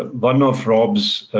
ah one of rob's